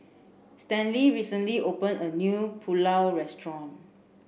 Stanley recently opened a new Pulao restaurant